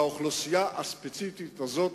לאוכלוסייה הספציפית הזאת.